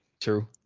True